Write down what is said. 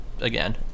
again